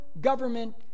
government